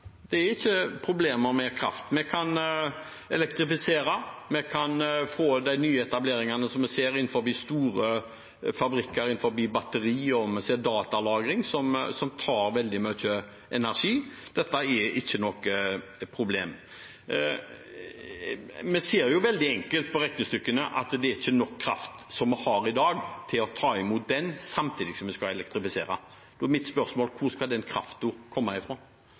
ser innenfor store batterifabrikker, og datalagring, som tar veldig mye energi – dette er ikke noe problem. Vi ser jo veldig enkelt på regnestykkene at vi ikke har nok kraft i dag til å ta imot dette samtidig som en skal elektrifisere, så mitt spørsmål er: Hvor skal den kraften komme fra? Det er ingen tvil om at vi har mye kraft